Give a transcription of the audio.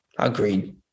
Agreed